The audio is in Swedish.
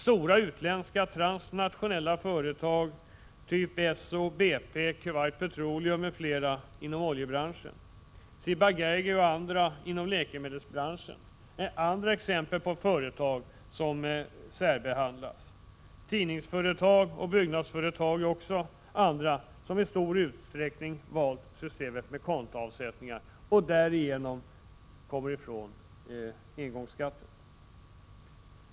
Stora utländska transnationella företag som Esso, BP, Kuwait Petroleum m.fl. inom oljebranschen, Ciba-Geigy och andra inom läkemedelsbranschen, är ytterligare exempel på företag som särbehandlas. Tidningsföretag och byggnadsföretag har också i stor utsträckning valt systemet med kontoavsättningar, och de kommer därigenom undan engångsskatten.